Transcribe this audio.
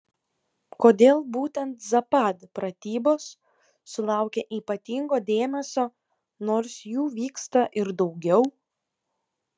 kodėl būtent zapad pratybos sulaukia ypatingo dėmesio nors jų vyksta ir daugiau